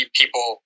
people